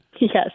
Yes